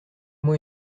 moi